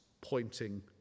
pointing